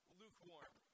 lukewarm